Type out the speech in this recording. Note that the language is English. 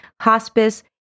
hospice